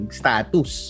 status